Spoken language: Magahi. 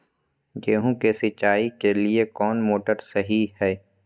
गेंहू के सिंचाई के लिए कौन मोटर शाही हाय?